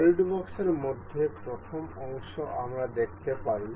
সলিডওয়ার্কসের মধ্যে প্রথম অংশ আমরা দেখতে পারি